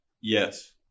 Yes